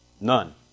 None